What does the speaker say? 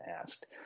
asked